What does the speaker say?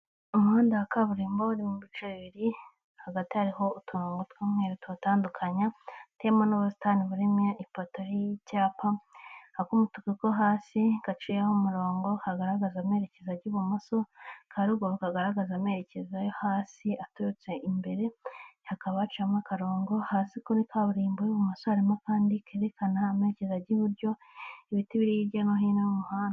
Umuhanda wa kaburimbo urimo ibice bibiri, hagati hariho uturongo tw'umweru tuhandukanya hateyemo n'ubusitani burimo ipoto y'icyapa, ak'umutuku ko hasi gaciyeho umurongo kagaragaza amerekeza ajya ibumoso, aka ruguru kagaragaza amerekeza yo hasi aturutse imbere, hakaba haciyemo akarongo, hasi kuri kaburimbo ibumoso harimo akandi kerekana amerekezo ajya iburyo, ibiti biri hirya no hino mu muhanda.